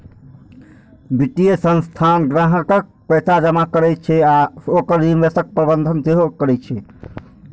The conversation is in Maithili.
वित्तीय संस्थान ग्राहकक पैसा जमा करै छै आ ओकर निवेशक प्रबंधन सेहो करै छै